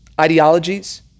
ideologies